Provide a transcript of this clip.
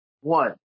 one